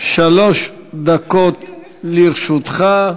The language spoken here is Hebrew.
שלוש דקות לרשותך.